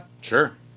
Sure